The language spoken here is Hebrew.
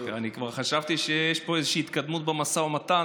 כבר חשבתי שיש פה איזה התקדמות במשא ומתן,